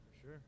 Sure